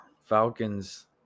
Falcons